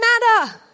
matter